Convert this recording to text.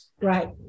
Right